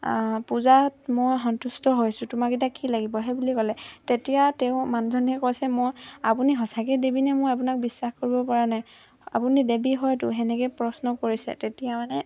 পূজাত মই সন্তুষ্ট হৈছোঁ তোমাক এতিয়া কি লাগিব সেই বুলি ক'লে তেতিয়া তেওঁ মানুহজনীয়ে কৈছে মই আপুনি সঁচাকেই দেৱীনে মই আপোনাক বিশ্বাস কৰিব পৰা নাই আপুনি দেৱী হয়তো সেনেকৈ প্ৰশ্ন কৰিছে তেতিয়া মানে